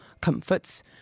comforts